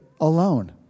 alone